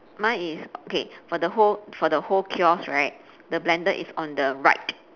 mine is okay for the whole for the whole kiosk right the blender is on the right